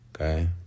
Okay